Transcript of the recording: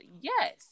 Yes